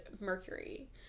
Mercury